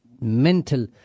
mental